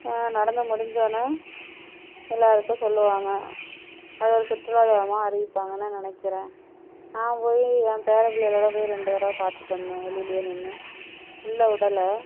நடந்து முடிஞ்சோனே எல்லாருக்கும் சொல்லுவாங்க அது ஒரு சுற்றுலாதளமாக அறிவிப்பாங்கன்னு நினக்கிறன் நான் போய் ஏன் பேர பிள்ளைவளோட போய் ரெண்டு தடவை பார்த்துட்டு வந்தேன் வெளியிலயே நின்று உள்ளே விடல